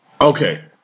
Okay